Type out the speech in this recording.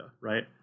right